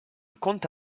comte